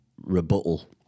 rebuttal